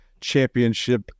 championship